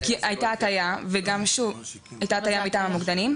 הייתה הטעיה מטעם המוקדנים.